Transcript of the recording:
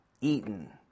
eaten